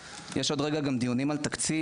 יש עוד רגע גם דיונים על תקציב.